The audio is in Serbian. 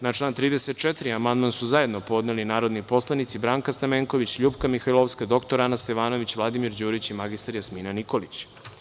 Na član 34. amandman su zajedno podneli narodni poslanici Branka Stamenković, LJupka Mihajlovska, dr Ana Stevanović, Vladimir Đurić i mr Jasmina Nikolić.